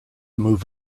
move